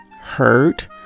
hurt